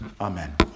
Amen